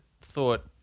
thought